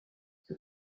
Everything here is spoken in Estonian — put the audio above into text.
see